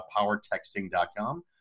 Powertexting.com